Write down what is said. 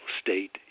state